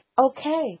okay